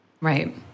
Right